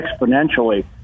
exponentially